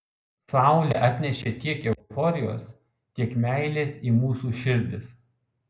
saulė atnešė tiek euforijos tiek meilės į mūsų širdis